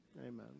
Amen